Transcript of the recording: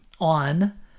on